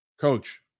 coach